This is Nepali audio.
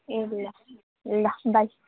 ए ल ल ल बाई